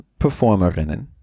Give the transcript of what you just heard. Performerinnen